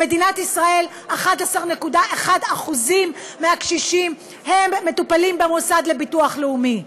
במדינת ישראל 11.1% מהקשישים הם מטופלים במוסד לביטוח לאומי.